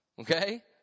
Okay